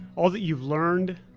all that you've learned,